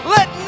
Let